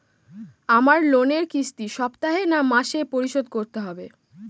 আমার লোনের কিস্তি সপ্তাহে না মাসে পরিশোধ করতে হবে?